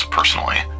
personally